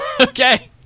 Okay